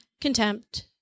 contempt